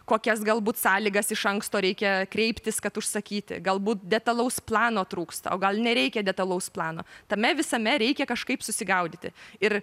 kokias galbūt sąlygas iš anksto reikia kreiptis kad užsakyti galbūt detalaus plano trūksta o gal nereikia detalaus plano tame visame reikia kažkaip susigaudyti ir